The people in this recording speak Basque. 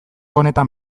honetan